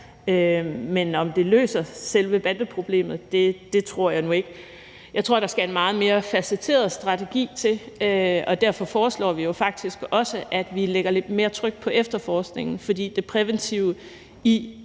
men om det løser selve bandeproblemet, tror jeg nu ikke. Jeg tror, der skal en meget mere facetteret strategi til, og derfor foreslår vi jo faktisk også, at vi lægger lidt mere tryk på efterforskningen, fordi det præventive i,